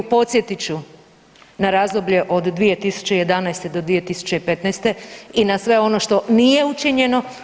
Podsjetit ću na razdoblje od 2011. do 2015. i na sve ono što nije učinjeno.